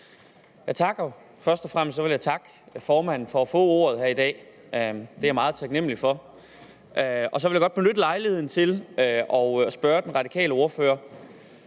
(V): Tak. Først og fremmest vil jeg takke formanden for at få ordet her i dag, det er jeg meget taknemlig for. Så vil jeg godt benytte lejligheden til at stille den radikale ordfører